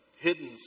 hidden